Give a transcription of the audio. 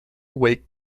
wake